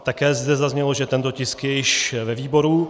Také zde zaznělo, že tento tisk je již ve výboru.